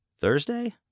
Thursday